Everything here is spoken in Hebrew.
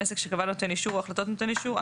עסק שקבע נותן אישור או החלטות נותן אישור,